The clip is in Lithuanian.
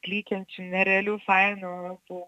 klykiančių nerealių fainų tų